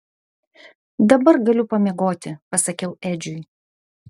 dabar gali pamiegoti pasakiau edžiui